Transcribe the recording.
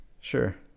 sure